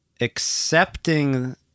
accepting